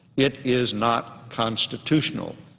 it is not constitutional.